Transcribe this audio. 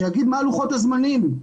שיגיד מה לוחות הזמנים.